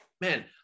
Man